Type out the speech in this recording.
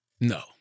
No